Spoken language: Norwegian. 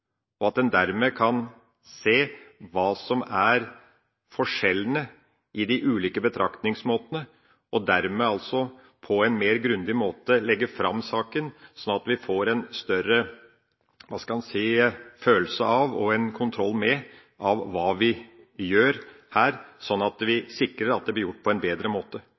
Dermed kan en se hva som er forskjellene i de ulike betraktningsmåtene, og dermed kan en legge fram saken på en mer grundig måte, sånn at vi får en større følelse av og kontroll med hva vi gjør her, sånn at vi sikrer at det blir gjort på en bedre måte.